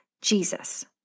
Jesus